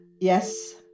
Yes